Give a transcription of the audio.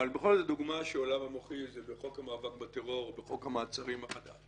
בכל דוגמה שעולה במוחי אם זה בחוק המאבק בטרור או בחוק המעצרים החדש